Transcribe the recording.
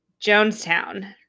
Jonestown